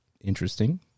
interesting